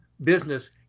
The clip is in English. business